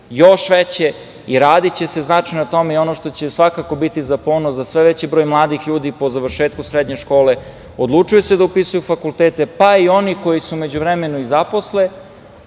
još veće i radiće se značajno na tome. Ono što će svakako biti za ponos za sve veći broj mladih ljudi po završetku srednje škole, odlučuju se da upisuju fakultete, pa i oni koji se u međuvremenu zaposle,